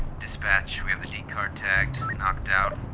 dispatch, we have the decard tagged knocked out,